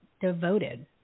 devoted